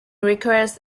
requires